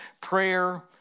prayer